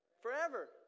Forever